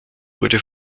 wurde